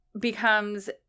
becomes